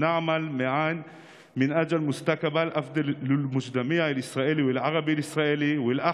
נפעל יחדיו למען עתיד טוב יותר לחברה הישראלית והחברה